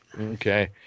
Okay